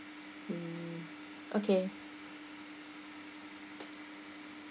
mm okay